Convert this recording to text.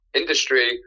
industry